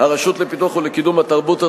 הרשות לפיתוח ולקידום התרבות,